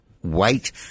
white